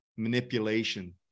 manipulation